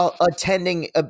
attending –